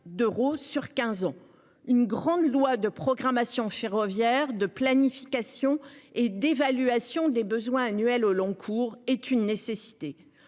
d'euros sur 15 ans, une grande loi de programmation ferroviaire de planification et d'évaluation des besoins annuels au long cours est une nécessité.